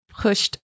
pushed